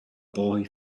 boy